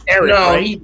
no